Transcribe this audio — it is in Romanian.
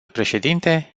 președinte